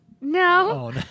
No